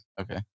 Okay